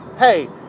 Hey